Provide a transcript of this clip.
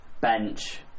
bench